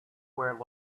where